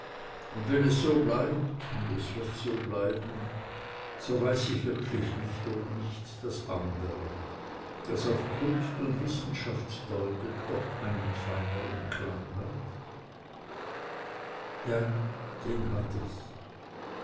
und wenn es so bleibt und es wird so bleiben so weiß ich wirklich nicht ob nicht das andere das auf kunst und wissenschaft deutet doch einen feineren klang hat ja den hat es